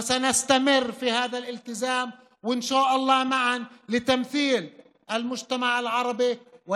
ונמשיך בהתחייבות הזו ואינשאללה יחדיו נשרת נאמנה את החברה הערבית,